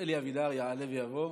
חבר הכנסת אלי אבידר יעלה ויבוא,